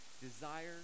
Desire